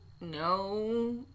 No